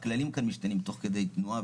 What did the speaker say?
הכללים משתנים תוך כדי תנועה,